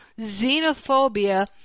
xenophobia